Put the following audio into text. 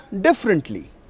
differently